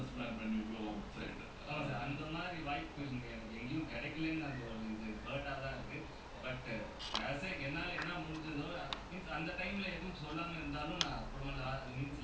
you vain இந்த:intha time lah like they just wanna defensive type system lah it's legit they only got when attacking right legit only have I mean there are only like creative lives have is like berguvaan sanken and inthombile